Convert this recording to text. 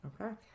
Okay